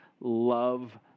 love